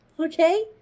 Okay